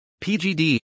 PGD